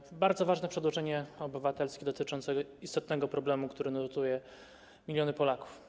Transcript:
To jest bardzo ważne przedłożenie obywatelskie dotyczące istotnego problemu, który nurtuje miliony Polaków.